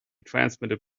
transmitted